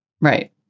Right